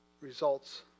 results